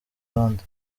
abandi